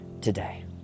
today